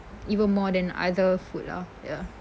even more than other food lah ya